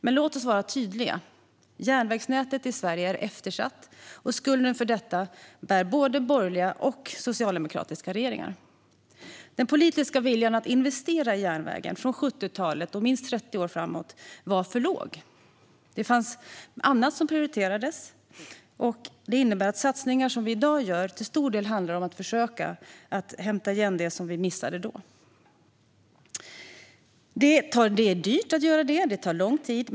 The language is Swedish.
Men låt oss vara tydliga: Järnvägsnätet i Sverige är eftersatt, och skulden för detta bär både borgerliga och socialdemokratiska regeringar. Den politiska viljan att investera i järnvägen från 1970-talet och minst 30 år framåt var för låg. Det fanns annat som prioriterades. Det innebär att de satsningar som vi i dag gör till stor del handlar om att försöka hämta igen det som vi missade då. Det är dyrt att göra det, och det tar lång tid.